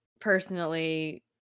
personally